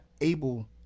able